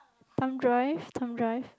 thumb drive thumb drive